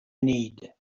need